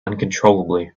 uncontrollably